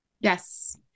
Yes